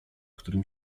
którym